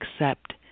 accept